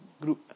group